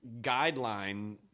guideline